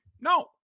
no